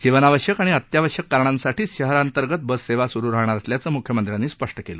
जीवनावश्यक आणि अत्यावश्यक कारणांसाठीच शहरांतर्गत बससेवा सुरु राहणार असल्याचं मुख्यमंत्र्यांनी स्पष्ट केलं